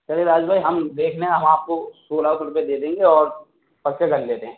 چلیے راجیش بھائی ہم دیکھ لیں ہم آپ کو سولہ سو روپے دے دیں گے اور سب سے کر لیتے ہیں